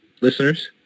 listeners